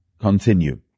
continue